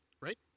right